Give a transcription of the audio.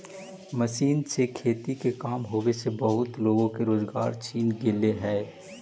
machine से खेती के काम होवे से बहुते लोग के रोजगार छिना गेले हई